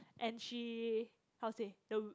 and she how to say the